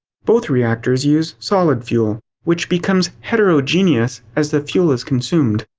both reactors use solid fuel which becomes heterogeneous as the fuel is consumed.